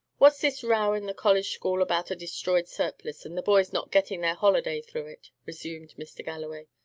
what's this row in the college school about a destroyed surplice, and the boys not getting their holiday through it? resumed mr. galloway.